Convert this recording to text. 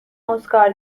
اسکار